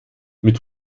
mit